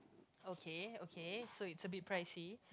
okay okay so it's a bit pricy